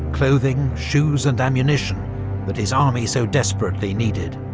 clothing, shoes and ammunition that his army so desperately needed.